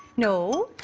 no.